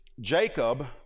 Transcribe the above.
Jacob